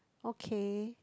okay